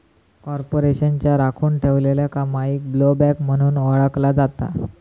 कॉर्पोरेशनच्या राखुन ठेवलेल्या कमाईक ब्लोबॅक म्हणून ओळखला जाता